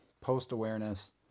post-awareness